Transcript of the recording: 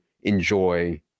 enjoy